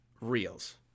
reels